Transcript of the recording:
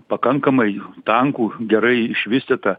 pakankamai tankų gerai išvystytą